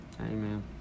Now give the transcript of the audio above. Amen